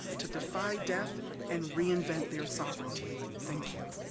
to defy death and reinvent their sovereignty. thank you.